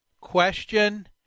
question